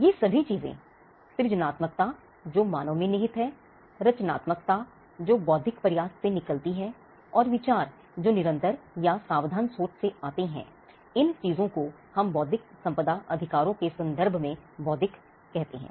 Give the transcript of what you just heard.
ये सभी चीजें सृजनात्मकता जो मानव में निहित हैं रचनात्मकता जो बौद्धिक प्रयास से निकलती है और विचार जो निरंतर या सावधान सोच से आते है इन चीजों को हम बौद्धिक संपदा अधिकारों के संदर्भ में बौद्धिक कहते हैं